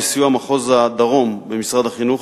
בסיוע מחוז הדרום במשרד החינוך,